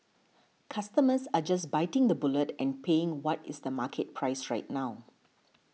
customers are just biting the bullet and paying what is the market price right now